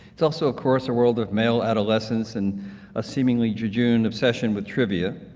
it's also course a world of male adolescence and a seemingly jejune obsession with trivia.